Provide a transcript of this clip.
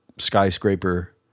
skyscraper